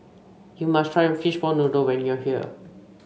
you must try Fishball Noodle when you are here